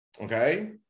okay